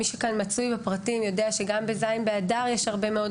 מי שמצוי כאן בפרטים יודע שגם ב-ז' באדר יש הרבה מאוד